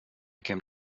when